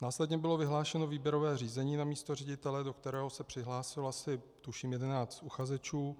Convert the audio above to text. Následně bylo vyhlášeno výběrové řízení na místo ředitele, do kterého se přihlásilo asi, tuším, jedenáct uchazečů.